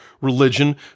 religion